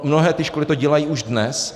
Mnohé ty školy to dělají už dnes.